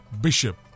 Bishop